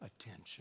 attention